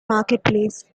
marketplace